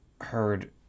heard